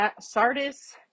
Sardis